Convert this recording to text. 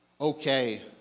okay